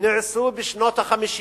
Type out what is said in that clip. נעשו בשנות ה-50